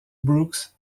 brooks